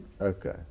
Okay